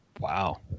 Wow